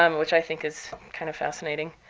um which i think is kind of fascinating,